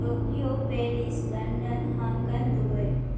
Tokyo Paris London Hong Kong Dubai